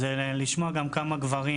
זה לשמוע גם כמה גברים,